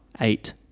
eight